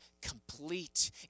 complete